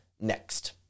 next